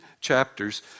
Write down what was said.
chapters